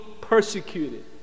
persecuted